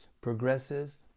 progresses